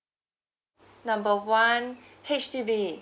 number one H_D_B